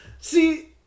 See